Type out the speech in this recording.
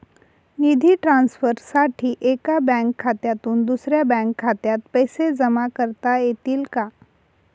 निधी ट्रान्सफरसाठी एका बँक खात्यातून दुसऱ्या बँक खात्यात पैसे जमा करता येतील का?